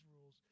rules